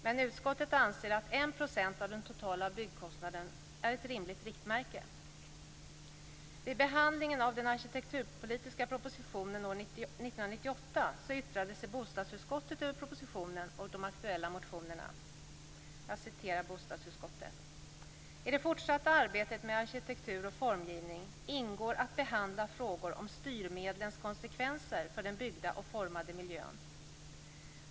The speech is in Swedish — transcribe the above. Men utskottet anser att 1 % av den totala byggkostnaden är ett rimligt riktmärke. Vid behandlingen av den arkitekturpolitiska propositionen år 1998 yttrade sig bostadsutskottet över propositionen och de aktuella motionerna. Jag citerar bostadsutskottet: "I det fortsatta arbetet med arkitektur och formgivning ingår att behandla frågor om styrmedlens konsekvenser för den byggda och formade miljön".